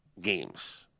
games